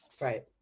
Right